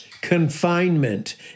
confinement